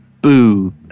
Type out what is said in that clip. boo